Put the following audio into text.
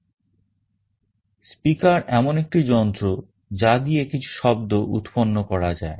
Speaker এমন একটি যন্ত্র যা দিয়ে কিছু শব্দ উৎপন্ন করা যায়